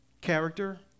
character